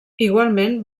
igualment